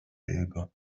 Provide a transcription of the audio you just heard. elbe